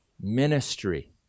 ministry